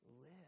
live